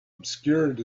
obscured